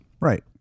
Right